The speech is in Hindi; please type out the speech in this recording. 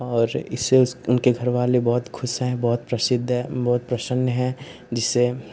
और इससे उस उनके घरवाले बहुत खुश हैं बहुत प्रसिद्ध हैं बहुत प्रसन्न हैं जिससे